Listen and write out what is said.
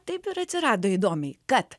taip ir atsirado įdomiai kad